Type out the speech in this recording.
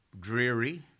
dreary